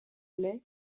les